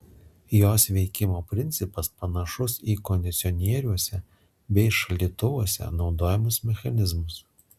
jos veikimo principas panašus į kondicionieriuose bei šaldytuvuose naudojamus mechanizmus